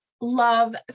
love